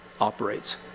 operates